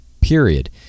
period